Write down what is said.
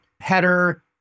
header